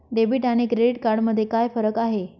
Debit आणि credit card मध्ये काय फरक आहे?